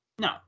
no